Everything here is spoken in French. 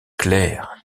claire